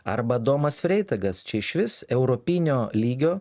arba adomas freitakas čia išvis europinio lygio